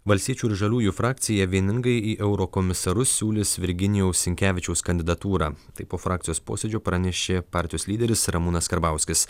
valstiečių ir žaliųjų frakcija vieningai į eurokomisarus siūlys virginijaus sinkevičiaus kandidatūrą taip po frakcijos posėdžio pranešė partijos lyderis ramūnas karbauskis